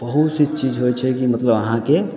बहुत सी चीज होइ छै मतलब अहाँके